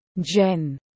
Jen